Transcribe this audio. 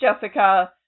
Jessica